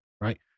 right